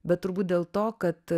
bet turbūt dėl to kad